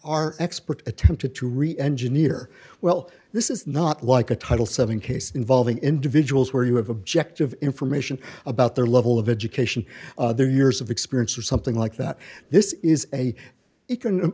our expert attempted to reengineer well this is not like a title seven case involving individuals where you have objective information about their level of education their years of experience or something like that this is a